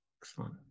Excellent